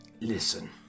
Listen